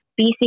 BC